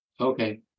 Okay